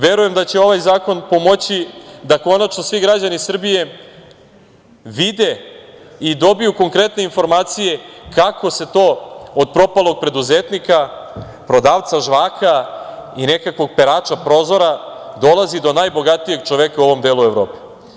Verujem da će ovaj zakon pomoći da konačno svi građani Srbije vide i dobiju konkretne informacije kako se to od propalog preduzetnika, prodavca žvaka i nekakvog perača prozora dolazi do najbogatijeg čoveka u ovom delu Evrope.